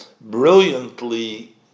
brilliantly